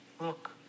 look